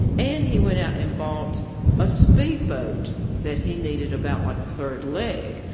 and he went out and bought a speedboat that he needed about like a third leg.